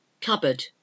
Cupboard